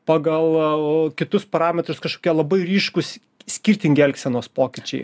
pagal kitus parametrus kažkokie labai ryškūs skirtingi elgsenos pokyčiai